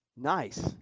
Nice